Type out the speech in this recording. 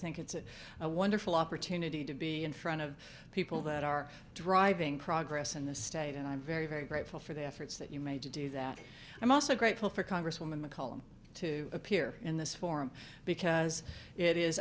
think it's a wonderful opportunity to be in front of people that are driving progress in this state and i'm very very grateful for the efforts that you made to do that i'm also grateful for congresswoman mccollum to appear in this forum because it is